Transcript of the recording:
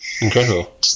incredible